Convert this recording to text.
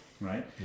right